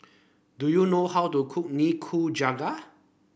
do you know how to cook Nikujaga